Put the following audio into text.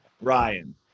Ryan